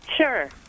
Sure